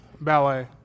ballet